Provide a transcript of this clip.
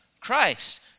Christ